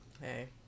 Hey